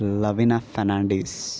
Lavina Fernandes